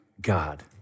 God